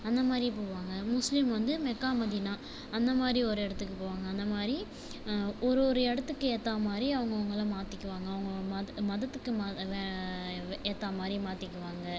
அந்தமாதிரியே போவாங்க முஸ்லிம் வந்து Mecca Medina அந்தமாதிரி ஒரு இடத்துக்கு போவாங்க அந்தமாதிரி ஒரு ஒரு இடத்துக்கு ஏற்றா மாதிரி அவங்க அவங்கள மாற்றிக்குவாங்க அவங்க அவங்க மத மதத்துக்கு மத வ வே ஏற்றா மாதிரி மாற்றிக்குவாங்க